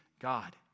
God